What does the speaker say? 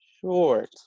short